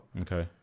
Okay